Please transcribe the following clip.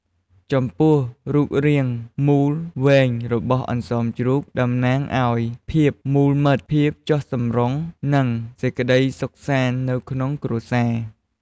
ចំពោះរូបរាងមូលវែងរបស់នំអន្សមជ្រូក តំណាងឲ្យ ភាពមូលមិត្ត ភាពចុះសម្រុង និងសេចក្តីសុខសាន្ត នៅក្នុងគ្រួសារ។